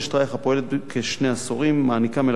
הפועלת כשני עשורים ומעניקה מלגות מחיה